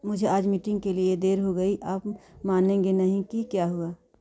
मुझे आज मीटिंग के लिए देर हो गई आप मानेंगे नहीं कि क्या हुआ